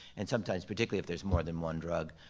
and sometimes, particularly if there's more than one drug,